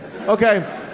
Okay